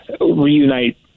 reunite